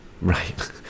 right